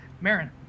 Marin